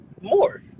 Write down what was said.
more